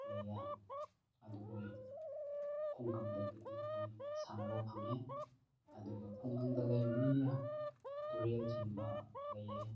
ꯂꯩꯌꯦ ꯑꯗꯨꯈꯣꯏ ꯈꯨꯡꯒꯪꯗꯗꯤ ꯑꯗꯨꯈꯣꯏ ꯁꯥꯟꯅꯕ ꯐꯪꯉꯦ ꯑꯗꯨꯒ ꯈꯨꯡꯒꯪꯗ ꯂꯩꯕꯅꯤꯅ ꯇꯨꯔꯦꯜꯅꯆꯤꯡꯕ ꯂꯩꯌꯦ